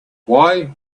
why